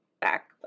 back